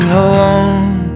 alone